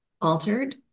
altered